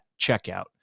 checkout